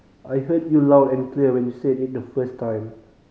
I heard you loud and clear when you said it the first time